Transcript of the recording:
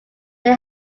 may